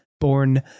born